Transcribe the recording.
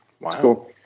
Wow